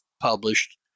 published